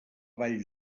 vall